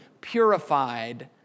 purified